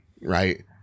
right